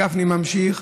גפני ממשיך.